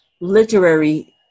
literary